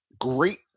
great